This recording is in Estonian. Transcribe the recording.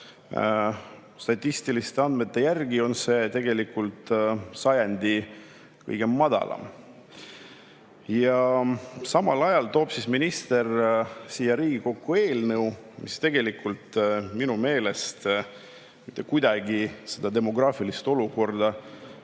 statistiliste andmete järgi on [sündimus] sajandi kõige madalam. Ja samal ajal toob minister siia Riigikokku eelnõu, mis tegelikult minu meelest mitte kuidagi seda demograafilist olukorda